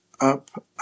up